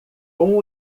com